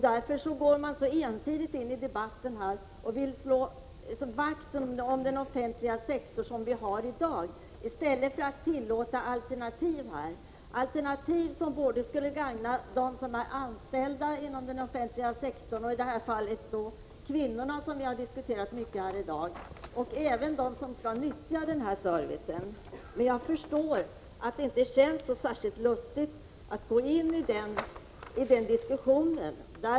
Därför går de så ensidigt in i debatten och vill slå vakt om den offentliga sektorn, i stället för att tillåta alternativ som skulle gagna både dem som är anställda inom offentliga sektorn, i detta fall kvinnorna, som vi har diskuterat mycket i dag, och även dem som skall nyttja denna service. Jag förstår att det inte känns särskilt lustigt att gå in i den diskussionen.